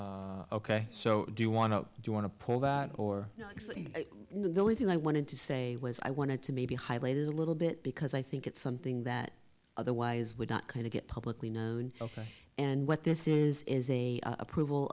ok so do you want to do you want to pull or the only thing i wanted to say was i wanted to maybe highlight a little bit because i think it's something that otherwise would not kind of get publicly known ok and what this is is a approval